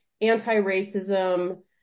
anti-racism